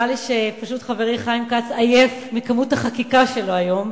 נראה לי שפשוט חברי חיים כץ עייף מכמות החקיקה שלו היום,